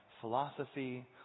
philosophy